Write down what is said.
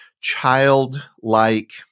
childlike